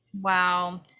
Wow